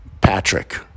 Patrick